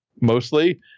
mostly